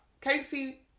Casey